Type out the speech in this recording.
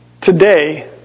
today